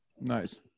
Nice